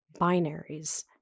binaries